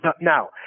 Now